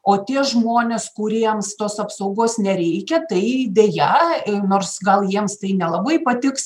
o tie žmonės kuriems tos apsaugos nereikia tai deja nors gal jiems tai nelabai patiks